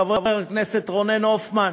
חבר הכנסת רונן הופמן,